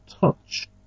touch